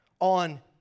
on